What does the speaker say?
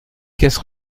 caisses